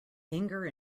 anger